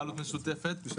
החוק הזה רק יחמיר את זה.